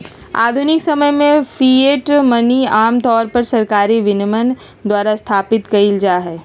आधुनिक समय में फिएट मनी आमतौर पर सरकारी विनियमन द्वारा स्थापित कइल जा हइ